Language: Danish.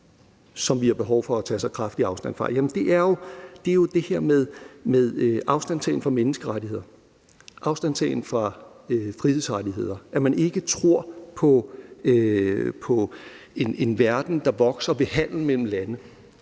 som vi har behov for at tage så kraftigt afstand fra? Jamen det er jo det her med afstandtagen fra menneskerettigheder, afstandtagen fra frihedsrettigheder, at man ikke tror på en verden, der vokser ved handel mellem lande,